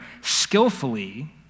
skillfully